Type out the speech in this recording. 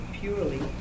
purely